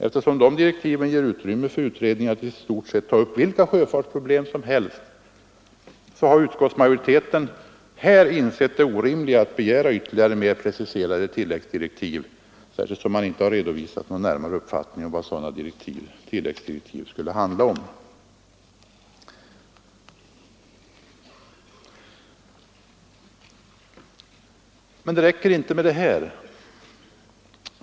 Eftersom de direktiven ger utredningen utrymme att i stort sett ta upp vilka sjöfartsproblem som helst så har utskottsmajoriteten insett det orimliga i att begära mer preciserade tilläggsdirektiv, särskilt som någon närmare uppfattning om vad sådana tilläggsdirektiv skulle handla om inte redovisats. Det räcker inte med detta.